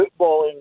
footballing